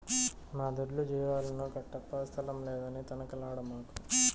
మా దొడ్లో జీవాలను కట్టప్పా స్థలం లేదని తనకలాడమాకు